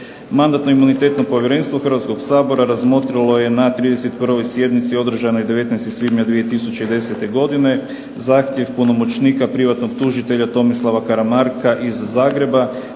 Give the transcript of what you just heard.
Mandatno-imunitetno povjerenstvo Hrvatskoga sabora razmotrilo je na 31. sjednici održanoj 19. svibnja 2010. godine zahtjev punomoćnika privatnog tužitelja Tomislava Karamarka iz Zagreba